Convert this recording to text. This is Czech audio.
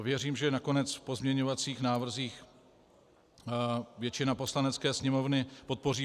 Věřím, že to nakonec v pozměňovacích návrzích většina Poslanecké sněmovny podpoří.